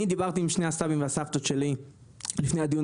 אני דיברתי עם שני הסבים והסבתות שלי לפני הדיון